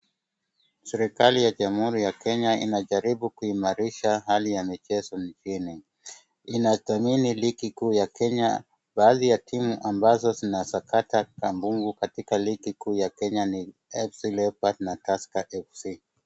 Serikali ya jamhuri ya Kenya inajaribu kuimarisha hali ya michezo nchini. Inathamini ligi kuu ya Kenya baadhi ya timu ambazo zinsakata kambumbu katika ligi kuu ya Kenya ni FC leopards na Tusker FC